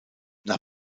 nach